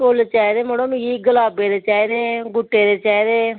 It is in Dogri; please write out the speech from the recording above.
फुल्ल चाहिदे मड़ो मिगी गुलाबै दे चाहिदे गुट्टै दे चाहिदे